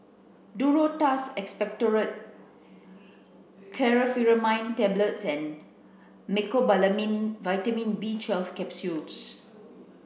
Duro Tuss Expectorant Chlorpheniramine Tablets and Mecobalamin Vitamin B twelfth Capsules